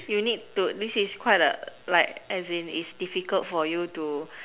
you need to this is quite a like as in it's difficult for you to